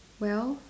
well